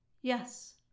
Yes